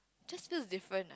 just look different